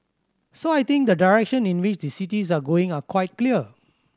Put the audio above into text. so I think the direction in which the cities are going are quite clear